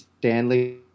Stanley